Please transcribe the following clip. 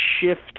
Shift